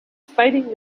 fighting